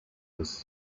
was